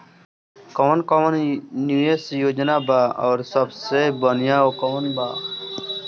कवन कवन निवेस योजना बा और सबसे बनिहा कवन बा?